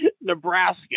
Nebraska